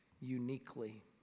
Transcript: uniquely